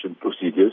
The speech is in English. procedures